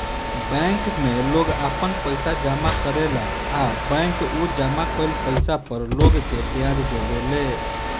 bank में लोग आपन पइसा जामा करेला आ बैंक उ जामा कईल पइसा पर लोग के ब्याज देवे ले